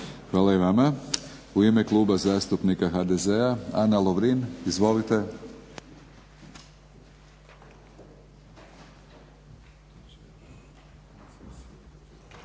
Hvala i vama. U ime Kluba zastupnika HDZ-a Ana Lovrin. Izvolite.